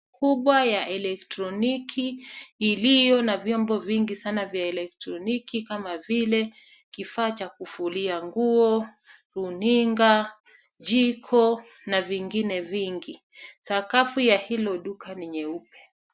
Kubwa ya elektroniki iliyo na vyombo vingi sana vya elektroniki kama vile kifaa cha kufulia nguo, runinga, jiko, na vingine vingi. Sakafu ya hilo duka ni nyeupe.